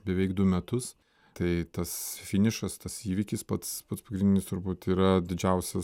beveik du metus tai tas finišas tas įvykis pats pagrindinis turbūt yra didžiausias